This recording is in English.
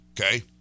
Okay